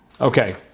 Okay